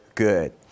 good